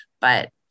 but-